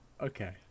okay